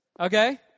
okay